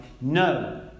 no